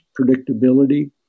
predictability